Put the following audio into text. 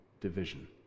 division